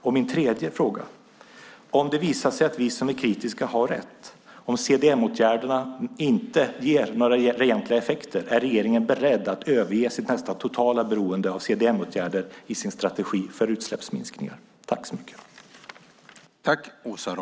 Om det visar sig att vi som är kritiska har rätt, om CDM-åtgärderna inte ger några egentliga effekter, är regeringen då beredd att överge sitt nästan totala beroende av CDM-åtgärder i sin strategi för utsläppsminskningar?